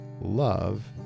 love